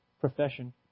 profession